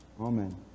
Amen